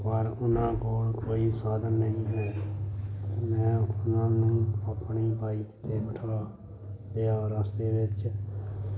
ਪਰ ਉਹਨਾਂ ਕੋਲ ਕੋਈ ਸਾਧਨ ਨਹੀਂ ਹੈ ਮੈਂ ਉਹਨਾਂ ਨੂੰ ਆਪਣੀ ਵਾਈਕ 'ਤੇ ਬਿਠਾ ਲਿਆ ਰਸਤੇ ਵਿੱਚ